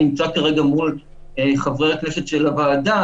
אני נמצא כרגע מול חברי הכנסת של הוועדה,